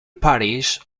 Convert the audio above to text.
parish